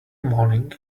morning